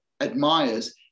admires